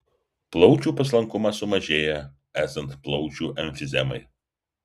plaučių paslankumas sumažėja esant plaučių emfizemai